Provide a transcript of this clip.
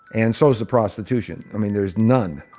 and so is the prostitution. i mean, there's none,